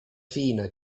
fina